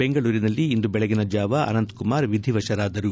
ಬೆಂಗಳೂರಿನಲ್ಲಿ ಇಂದು ಬೆಳಗಿನಜಾವ ಅನಂತಕುಮಾರ್ ವಿಧಿವಶರಾದರು